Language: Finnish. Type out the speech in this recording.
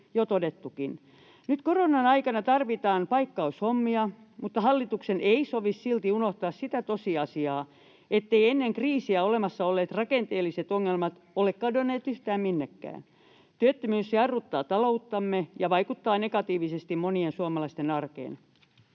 Nyt koronan aikana tarvitaan paikkaushommia, mutta hallituksen ei sovi silti unohtaa sitä tosiasiaa, etteivät ennen kriisiä olemassa olleet rakenteelliset ongelmat ole kadonneet yhtään minnekään. Työttömyys jarruttaa talouttamme ja vaikuttaa negatiivisesti monien suomalaisten arkeen.